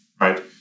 right